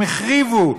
הם החריבו,